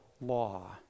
law